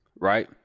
right